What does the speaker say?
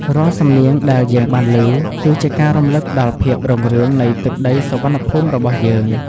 រាល់សំនៀងដែលយើងបានឮ គឺជាការរំលឹកដល់ភាពរុងរឿងនៃទឹកដីសុវណ្ណភូមិរបស់យើង។